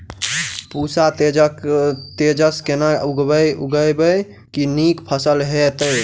पूसा तेजस केना उगैबे की नीक फसल हेतइ?